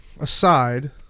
aside